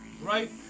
right